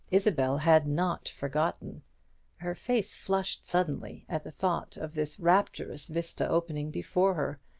isabel had not forgotten her face flushed suddenly at the thought of this rapturous vista opening before her.